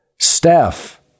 Steph